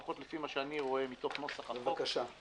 לפחות לפי מה שאני רואה מתוך נוסח החוק,